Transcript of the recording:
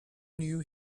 knew